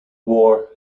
war